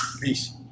Peace